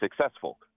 successful